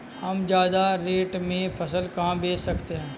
हम ज्यादा रेट में फसल कहाँ बेच सकते हैं?